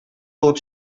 булып